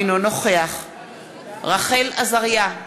אינו נוכח רחל עזריה,